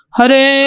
Hare